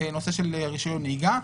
ונושא של רישיון נהיגה,